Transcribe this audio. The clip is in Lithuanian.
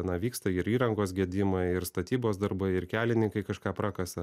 na vyksta ir įrangos gedimai ir statybos darbai ir kelininkai kažką prakasa